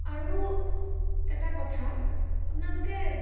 আৰু এটা কথা আপোনালোকে